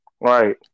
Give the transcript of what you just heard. right